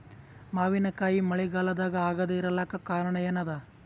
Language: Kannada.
ಮಾವಿನಕಾಯಿ ಮಳಿಗಾಲದಾಗ ಆಗದೆ ಇರಲಾಕ ಕಾರಣ ಏನದ?